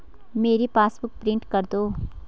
मेरी passbook print कर दो